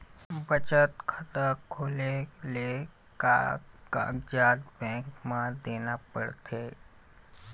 बचत खाता खोले ले का कागजात बैंक म देना पड़थे?